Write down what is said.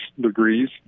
degrees